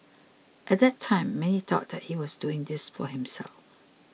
at that time many thought that he was doing this for himself